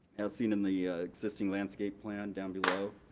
as seen in the existing landscape plan down below,